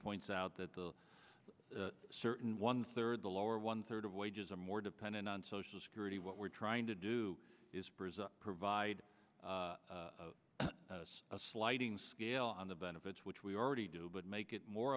points out that the certain one third the lower one third of wages are more dependent on social security what we're trying to do is provide a sliding scale on the benefits which we already do but make it more